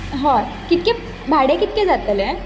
हय कितकें भाडें कितकें जातलें